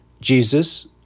Jesus